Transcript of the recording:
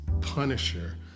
punisher